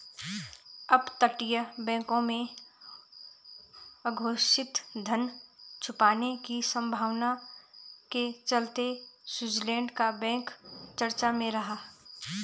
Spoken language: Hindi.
अपतटीय बैंकों में अघोषित धन छुपाने की संभावना के चलते स्विट्जरलैंड का बैंक चर्चा में रहा